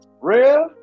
Rev